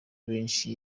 benshi